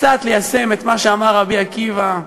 קצת ליישם את מה שאמר רבי עקיבא: